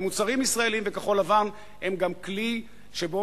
אבל מוצרים ישראליים וכחול-לבן הם גם כלי שבו